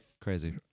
crazy